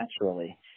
naturally